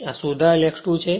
આ સુધારેલ X2 છે